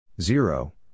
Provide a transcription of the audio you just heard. Zero